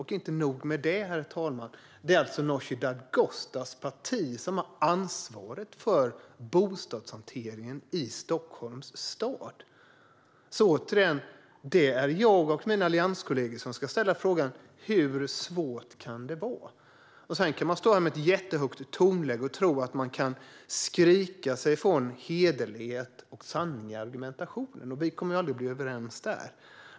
Och inte nog med det: Det är Nooshi Dadgostars parti som har ansvar för bostadshanteringen i Stockholms stad. Det är alltså jag och mina allianskollegor som ska ställa frågan: Hur svårt kan det vara? Sedan kan man stå här och tala med högt tonläge och tro att man kan skrika sig fri från hederlighet och sanning i argumentationen. Vi kommer aldrig att bli överens där.